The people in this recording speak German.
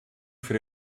für